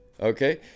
Okay